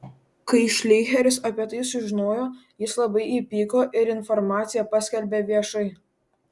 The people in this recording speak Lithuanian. kai šleicheris apie tai sužinojo jis labai įpyko ir informaciją paskelbė viešai